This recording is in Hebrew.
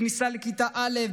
בכניסה לכיתה א',